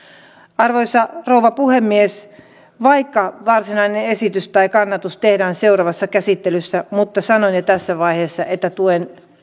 arvoisa rouva puhemies vaikka varsinainen esitys tai kannatus tehdään seuraavassa käsittelyssä niin sanon jo tässä vaiheessa että tuen